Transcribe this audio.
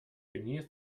beneath